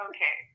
Okay